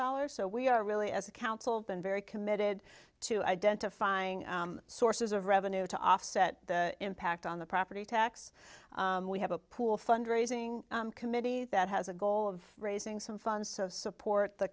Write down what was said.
dollars so we are really as a council been very committed to identifying sources of revenue to offset the impact on the property tax we have a pool fund raising committee that has a goal of raising some funds so support the